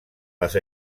les